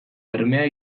bermea